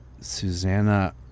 Susanna